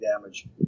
damage